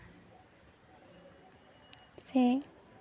ᱥᱮ